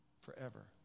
Forever